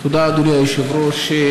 תודה, אדוני היושב-ראש.